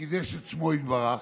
שקידש את שמו יתברך,